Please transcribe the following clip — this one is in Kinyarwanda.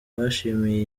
bashimiye